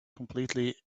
completely